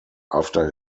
after